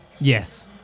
Yes